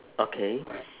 okay